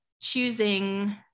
choosing